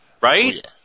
Right